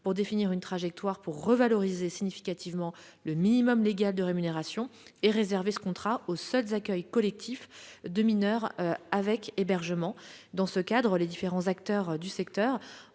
de « définir une trajectoire pour revaloriser significativement le minimum légal de la rémunération et réserver ce contrat aux seuls accueils collectifs de mineurs avec hébergement ». Dans ce cadre, les différents acteurs du secteur,